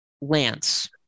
Lance